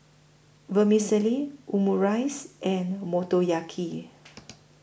Vermicelli Omurice and Motoyaki